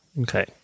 Okay